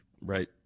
Right